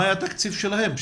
מה היה התקציב שלהם,